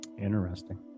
interesting